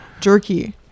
Jerky